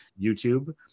youtube